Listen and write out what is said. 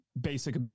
basic